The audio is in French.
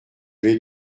les